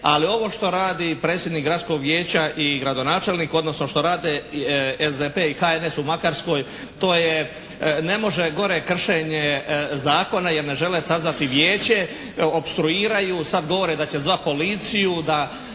ali ovo što radi predsjednik gradskog vijeća i gradonačelnik odnosno što rade SDP i HNS u Makarskoj to je ne može gore kršenje zakona jer ne žele sazvati vijeće, opstruiraju, sad govore da će zvati policiju, da